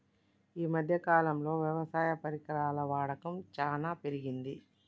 ఈ మధ్య కాలం లో వ్యవసాయ పరికరాల వాడకం చానా పెరిగింది